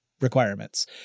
requirements